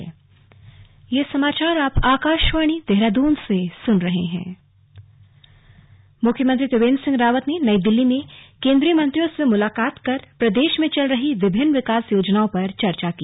slug CM और केंद्रीय मंत्री मुख्यमंत्री त्रिवेन्द्र सिंह रावत ने नई दिल्ली में केंद्रीय मंत्रियो से मुलाकात कर प्रदेश में चल रही विभिन्न विकास योजनाओं पर चर्चा की